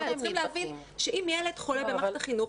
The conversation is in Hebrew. אנחנו צריכים להבין שאם ילד חולה במערכת החינוך,